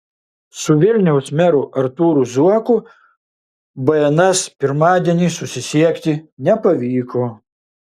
su vilniaus meru artūru zuoku bns pirmadienį susisiekti nepavyko